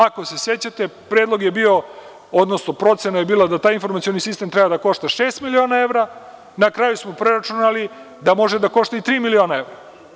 Ako se sećate, predlog je bio, odnosno procena je bila da taj informacioni sistem treba da košta šest miliona evra, na kraju smo preračunali da može da košta i tri miliona evra.